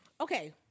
Okay